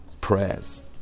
prayers